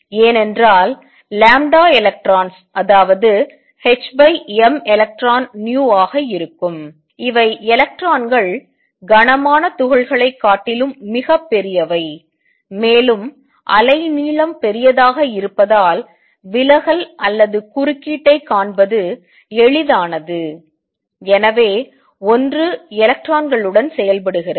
ஏனென்றால் electrons அதாவது hmelectronv ஆக இருக்கும் இவை எலக்ட்ரான்கள் கனமான துகள்களைக் காட்டிலும் மிகப் பெரியவை மேலும் அலை நீளம் பெரிதாக இருப்பதால் விலகல் அல்லது குறுக்கீட்டைக் காண்பது எளிதானது எனவே ஒன்று எலக்ட்ரான்களுடன் செயல்படுகிறது